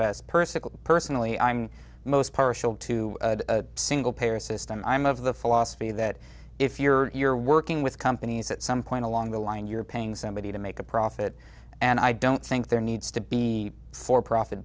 best person personally i'm most partial to a single payer system i'm of the philosophy that if you're you're working with companies at some point along the line you're paying somebody to make a profit and i don't think there needs to be for profit